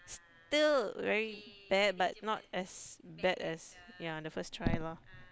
still very bad but not as bad as yeah the first tri lor